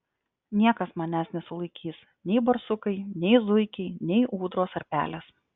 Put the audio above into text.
niekas manęs nesulaikys nei barsukai nei zuikiai nei ūdros ar pelės